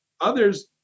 Others